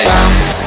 Bounce